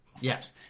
Yes